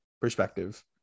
perspective